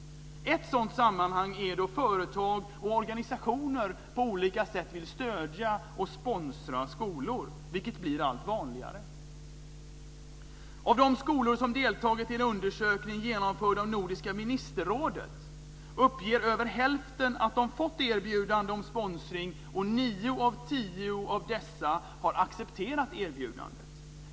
Ett sådant sammanhang är då företag och organisationer på olika sätt vill stödja och sponsra skolor, vilket blir allt vanligare. Av de skolor som deltagit i en undersökning genomförd av Nordiska ministerrådet uppger över hälften att de fått erbjudande om sponsring, och nio av tio av dessa har accepterat erbjudandet.